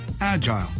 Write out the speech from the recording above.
agile